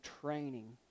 training